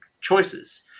choices